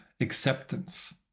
acceptance